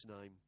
name